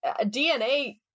DNA